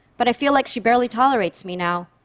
but i feel like she barely tolerates me now.